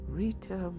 Rita